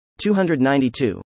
292